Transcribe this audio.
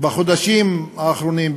בחודשים האחרונים,